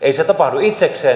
ei se tapahdu itsekseen